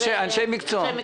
אלה אנשי מקצוע.